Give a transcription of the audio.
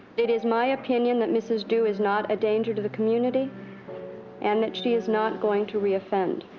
it is my opinion that mrs. du is not a danger to the community and that she is not going to reoffend.